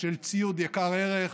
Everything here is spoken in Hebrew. של ציוד יקר ערך,